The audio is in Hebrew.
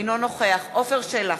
אינו נוכח עפר שלח,